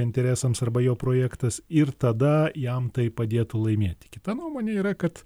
interesams arba jo projektas ir tada jam tai padėtų laimėti kita nuomonė yra kad